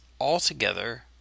altogether